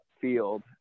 field